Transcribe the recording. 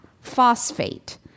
phosphate